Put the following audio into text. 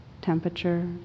temperature